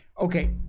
Okay